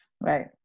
Right